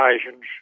occasions